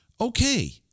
okay